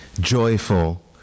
joyful